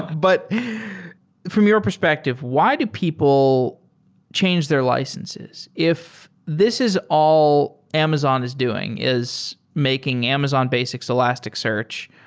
but from your perspective, why did people change their licenses? if this is all amazon is doing, is making amazonbasics elasticsearch,